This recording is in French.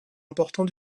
important